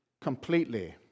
completely